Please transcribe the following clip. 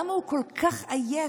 למה הוא כל כך עייף?